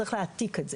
צריך להעתיק אותו,